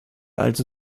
also